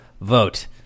vote